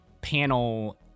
panel